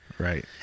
Right